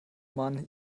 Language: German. mann